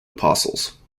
apostles